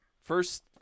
First